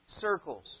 circles